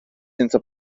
senza